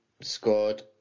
scored